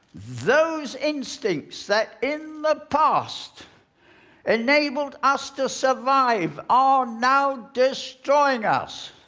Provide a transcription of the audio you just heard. those instincts that in the past enabled us to survive are now destroying us.